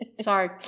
Sorry